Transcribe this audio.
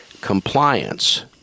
compliance